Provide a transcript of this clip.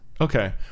Okay